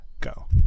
Go